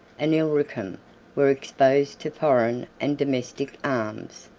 and illyricum, were exposed to foreign and domestic arms,